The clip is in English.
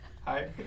Hi